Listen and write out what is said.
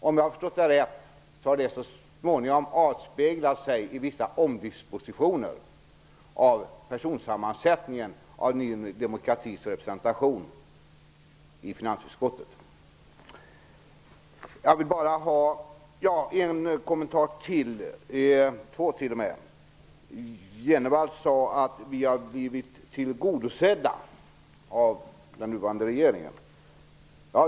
Om jag har förstått det rätt har det så småningom avspeglat sig i vissa omdispositioner av personsammansättningen av Ny demokratis representation i finansutskottet. Låt mig göra några kommentarer till. Bo G Jenevall sade att de hade blivit tillgodosedda av den nuvarande regeringen.